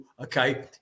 Okay